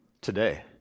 today